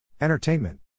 Entertainment